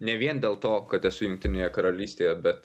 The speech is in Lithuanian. ne vien dėl to kad esu jungtinėje karalystėje bet